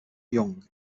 young